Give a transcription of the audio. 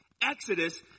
Exodus